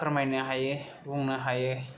फोरमायनो हायो बुंनो हायो